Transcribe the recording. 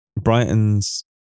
Brighton's